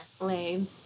Lame